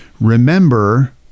remember